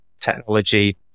technology